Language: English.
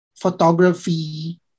photography